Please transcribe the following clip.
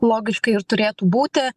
logiškai ir turėtų būti